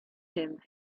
him